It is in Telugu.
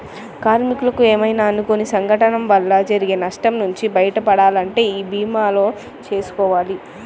కార్మికులకు ఏమైనా అనుకోని సంఘటనల వల్ల జరిగే నష్టం నుంచి బయటపడాలంటే భీమాలు చేసుకోవాలి